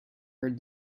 heard